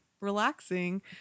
relaxing